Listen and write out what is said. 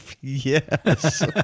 Yes